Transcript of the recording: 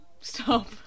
stop